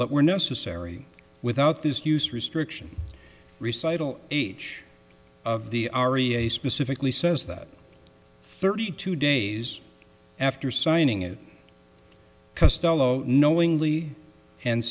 that were necessary without this use restriction recycle age of the r e a specifically says that thirty two days after signing it castello knowingly and